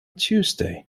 tuesday